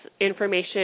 information